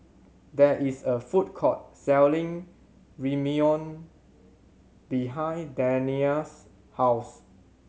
there is a food court selling Ramyeon behind Dania's house